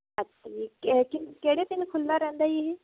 ਅੱਛਾ ਜੀ ਕੇ ਕਿ ਕਿਹੜੇ ਦਿਨ ਖੁੱਲ੍ਹਾ ਰਹਿੰਦਾ ਜੀ ਇਹ